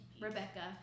Rebecca